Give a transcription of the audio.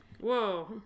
Whoa